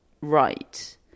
right